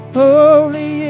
holy